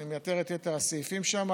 אני מייתר את יתר הסעיפים שם.